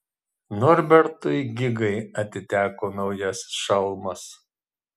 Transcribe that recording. norbertui gigai atiteko naujasis šalmas